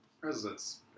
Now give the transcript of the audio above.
presidents